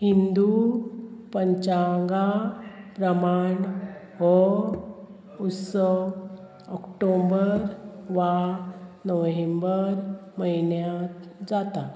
हिंदू पंचांगा प्रमाण हो उत्सव ऑक्टोंबर वा नोव्हेंबर म्हयन्यांत जाता